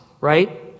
right